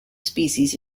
species